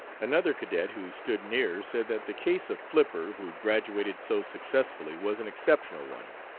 another cadet who stood near said that the case of flipper, who graduated so successfully, was an exceptional one.